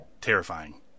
Terrifying